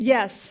Yes